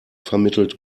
vermittelt